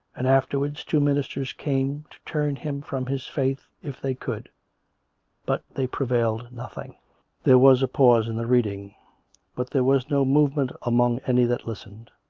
and afterwards two ministers came to turn him from his faith if they could but they prevailed nothing there was a pause in the reading but there was no movement among any that listened.